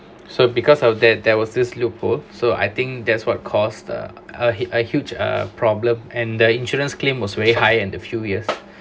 so because of that there was this loophole so I think that's what caused the a a huge a problem and the insurance claim was very high in the few years